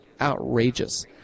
outrageous